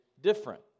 different